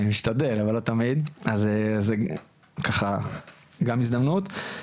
אז זו ככה גם הזדמנות.